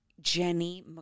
Jenny